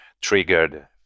triggered